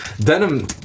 denim